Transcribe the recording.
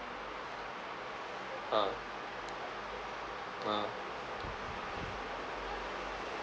ah ah